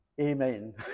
Amen